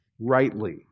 rightly